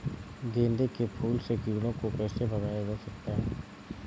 गेंदे के फूल से कीड़ों को कैसे भगाया जा सकता है?